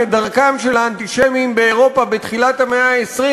כדרכם של האנטישמים באירופה בתחילת המאה ה-20,